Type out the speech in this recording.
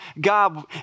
God